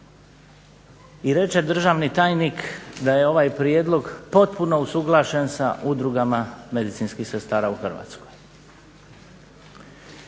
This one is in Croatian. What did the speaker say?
i reče državni tajnik da je ovaj prijedlog potpuno usuglašen sa udrugama medicinskih sestara u Hrvatskoj.